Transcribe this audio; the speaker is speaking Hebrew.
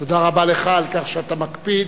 תודה רבה לך על כך שאתה מקפיד